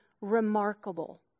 remarkable